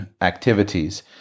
activities